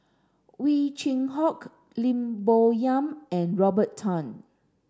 Ow Chin Hock Lim Bo Yam and Robert Tan